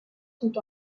sont